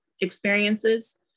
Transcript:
experiences